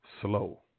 slow